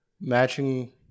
matching